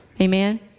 Amen